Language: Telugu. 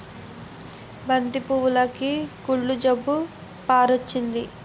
బంతి పువ్వులుకి కుళ్ళు జబ్బు పారొచ్చింది